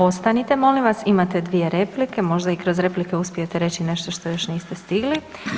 Ostanite molim vas imate dvije replike, možda i kroz replike uspijete reći nešto što još niste stigli.